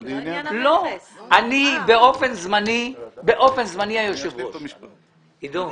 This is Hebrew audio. אני באופן זמני היושב ראש.